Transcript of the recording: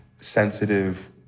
sensitive